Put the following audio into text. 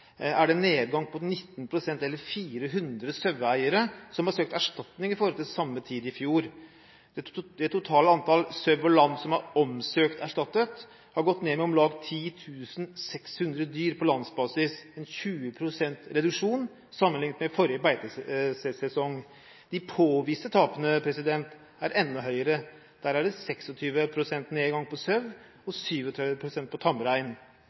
er en nedgang på 19 pst. – eller 400 saueeiere – som har søkt erstatning i forhold til samme tid i fjor. Det totale antall sau og lam som er omsøkt erstattet, har gått ned med om lag 10 600 dyr på landsbasis: 20 pst. reduksjon sammenlignet med forrige beitesesong. Nedgangen i påviste tap er enda høyere. Der er det 26 pst. nedgang på sau og 37 pst. på tamrein.